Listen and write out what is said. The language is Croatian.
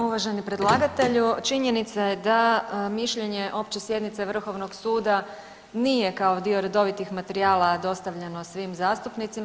Uvaženi predlagatelju, činjenica je da mišljenje opće sjednice vrhovnog suda nije kao dio redovitih materijala dostavljeno svim zastupnicima.